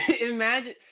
imagine